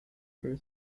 were